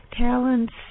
talents